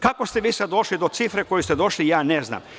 Kako ste vi sad došli do cifre koje ste došli, ja ne znam.